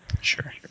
Sure